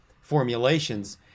formulations